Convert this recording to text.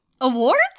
Awards